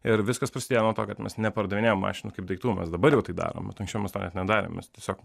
ir viskas prasidėjo nuo to kad mes nepardavinėjom mašinų kaip daiktų mes dabar jau tai darom bet anksčiau mes to net nedarėm mes tiesiog